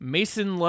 Mason